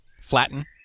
Flatten